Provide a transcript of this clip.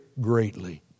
greatly